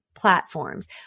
platforms